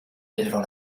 élevant